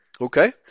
okay